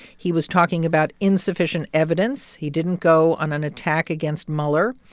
he was talking about insufficient evidence. he didn't go on an attack against mueller.